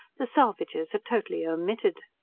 the salvages are totally omitted.